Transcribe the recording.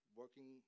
working